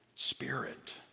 spirit